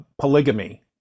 polygamy